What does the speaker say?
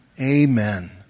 Amen